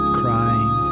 crying